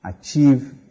achieve